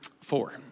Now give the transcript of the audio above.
four